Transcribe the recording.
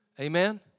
Amen